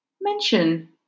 mention